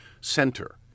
center